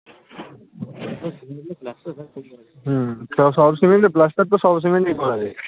হুম সব সব সিমেন্টে প্লাস্টার তো সব সিমেন্টেই করা যায়